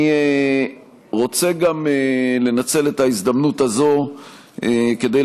אני רוצה גם לנצל את ההזדמנות הזאת כדי